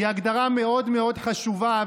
היא הגדרה מאוד מאוד חשובה,